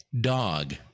Dog